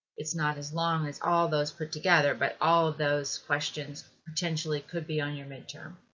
it's not as long as all those put together, but all those questions potentially could be on your midterm.